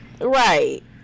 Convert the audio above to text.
Right